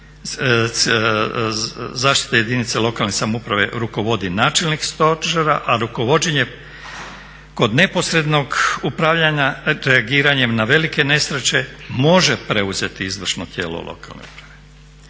zaštite jedinica lokalnih samouprava rukovodi načelnik stožera, a rukovođenje kod neposrednog upravljanja …/Govornik se ne razumije./… na velike nesreće može preuzeti izvršno tijelo lokalne uprave.